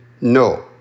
No